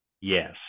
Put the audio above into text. Yes